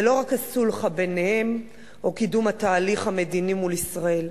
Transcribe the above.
זה לא רק הסולחה ביניהם או קידום התהליך המדיני מול ישראל.